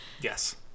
Yes